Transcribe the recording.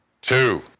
Two